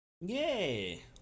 Yay